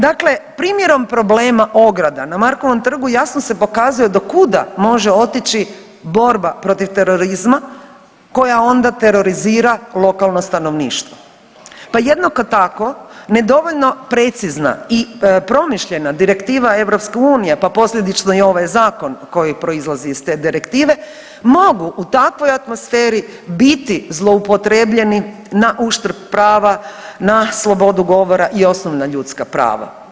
Dakle, primjerom problema ograda na Markovom trgu jasno se pokazuje do kuda može otići borba protiv terorizma koja onda terorizira lokalno stanovništvo, pa jednako tako ni dovoljno precizna i promišljena direktiva EU, pa posljedično i ovaj zakon koji proizlazi iz te direktive mogu u takvoj atmosferi biti zlouporabljeni na uštrb prava, na slobodu govora i osnovna ljudska prava.